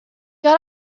got